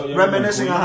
reminiscing